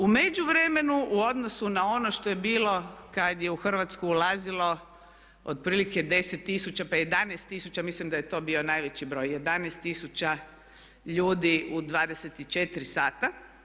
U međuvremenu u odnosu na ono što je bilo kada je u Hrvatsku ulazilo otprilike 10 tisuća pa 11 tisuća, mislim da je to bio najveći broj, 11 tisuća ljudi u 24 sata.